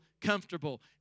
comfortable